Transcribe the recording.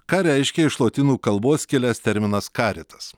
ką reiškia iš lotynų kalbos kilęs terminas caritas